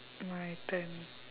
my turn